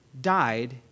died